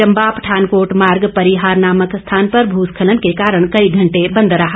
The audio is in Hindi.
चम्बा पठानकोट मार्ग पर परिहार नामक स्थान पर भूस्खलन के कारण कई घंटे बंद रहा